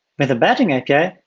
with the badging ah